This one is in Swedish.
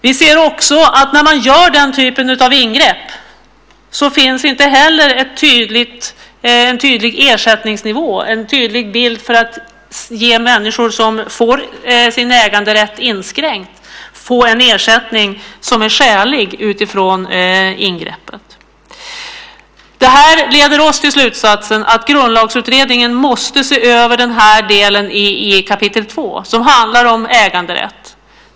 Vi ser också att när man gör den typen av ingrepp finns det inte heller en tydlig ersättningsnivå, en tydlighet för att ge människor som får sin äganderätt inskränkt en ersättning som är skälig utifrån ingreppet. Det här leder oss till slutsatsen att Grundlagsutredningen måste se över den del i kap. 2 som handlar om äganderätt.